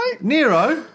Nero